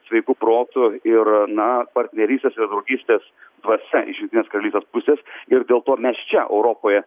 sveiku protu ir na partnerystės ir draugystės dvasia iš jungtinės karalystės pusės ir dėl to mes čia europoje